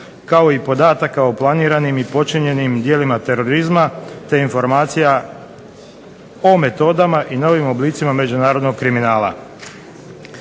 kao i podataka o planiranim i počinjenim djelima terorizma te informacija o metodama i novim oblicima međunarodnog kriminala.